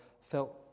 felt